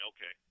Okay